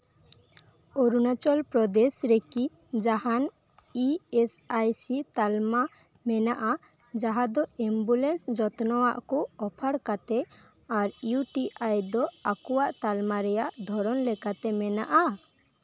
ᱚᱨᱩᱱᱟᱪᱚᱞ ᱯᱨᱚᱫᱮᱥ ᱨᱮᱠᱤ ᱡᱟᱦᱟᱱ E S I C ᱛᱟᱞᱢᱟ ᱢᱮᱱᱟᱜᱼᱟ ᱡᱟᱦᱟᱸ ᱫᱚ ᱮᱢᱵᱩᱞᱮᱱᱥ ᱡᱚᱛᱱᱚ ᱟᱜ ᱠᱚ ᱚᱯᱷᱟᱨ ᱠᱟᱛᱮᱜ ᱟᱨ ᱤᱭᱩ ᱴᱤ ᱟᱭ ᱫᱚ ᱟᱠᱚᱣᱟᱜ ᱛᱟᱞᱢᱟ ᱨᱮᱱᱟᱜ ᱫᱷᱚᱨᱚᱱ ᱞᱮᱠᱟᱛᱮ ᱢᱮᱱᱟᱜᱼᱟ